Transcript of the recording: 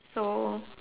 so